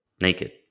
Naked